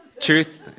truth